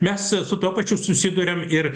mes su tuo pačiu susiduriam ir